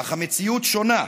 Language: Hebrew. אך המציאות שונה.